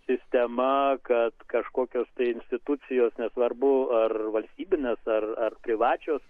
sistema kad kažkokios institucijos nesvarbu ar valstybinės ar ar privačios